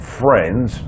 friends